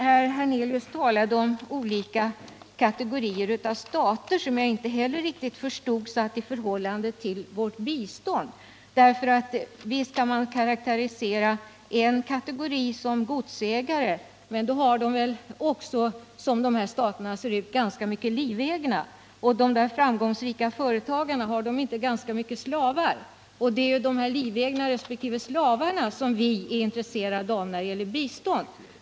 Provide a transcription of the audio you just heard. Herr Hernelius sade någonting annat som jag inte heller riktigt förstod. Han talade om olika kategorier av stater och satte dem i förhållande till vårt bistånd. Visst kan väl vissa grupper karakteriseras som godsägare, men då har dessa — med tanke på hur de här länderna ofta ser ut — ganska mycket livegna människor under sig. Och har inte de där framgångsrika företagarna i ganska stor utsträckning slavar? Det är ju de livegna och slavarna som vi är intresserade av när det gäller bistånd.